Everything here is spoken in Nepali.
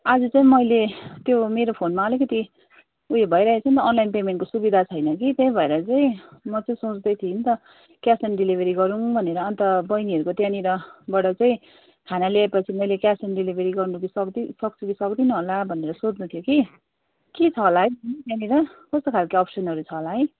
आज चाहिँ मैले त्यो मेरो फोनमा अलिकति उयो भइरहेछ नि त अनलाइन पेमेन्टको सुविधा छैन कि त्यही भएर चाहिँ म त्यो सोच्दै थिएँ नि त क्यास अन डेलिभरी गरौँ भनेर अन्त बैनीहरूको त्यहाँनिरबाट चाहिँ खाना ल्याएपछि चाहिँ मैले क्यास अन डेलिभरी गर्नु कि सक्छु कि सक्दिनँ होला भनेर सोध्नु थियो कि के छ होला है त्यहाँनिर कस्तो खालके अप्सनहरू छ होला है